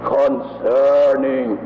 concerning